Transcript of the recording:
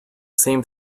same